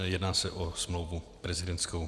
Jedná se o smlouvu prezidentskou.